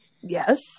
Yes